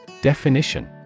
Definition